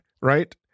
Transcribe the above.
right